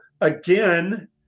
again